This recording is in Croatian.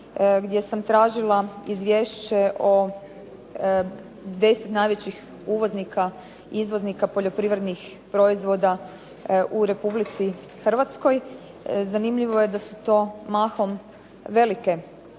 gdje sam tražila izvješće o 10 najvećih izvoznika i izvoznika poljoprivrednih proizvoda u Republici Hrvatskoj. Zanimljivo je da su to mahom velike